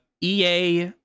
EA